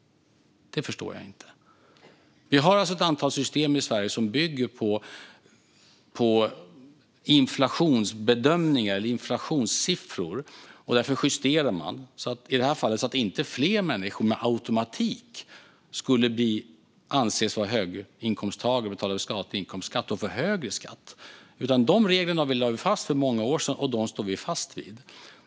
Det förstår jag inte. Vi har ett antal system i Sverige som bygger på inflationsbedömningar och inflationssiffror. Därför justerar man dem, i det här fallet så att inte fler människor med automatik ska anses vara höginkomsttagare, få betala statlig inkomstskatt och få högre skatt. De reglerna lade vi fast för många år sedan, och dem står vi fast vid.